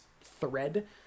thread